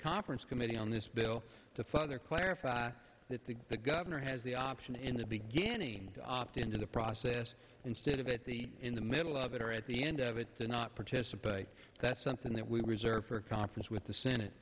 conference committee on this bill to further clarify that the governor has the option in the beginning to opt into the process instead of at the in the middle of it or at the end of it to not participate that's something that we reserve for a conference with the senate